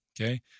Okay